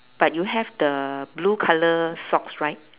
but you have the blue colour socks right